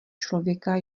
člověka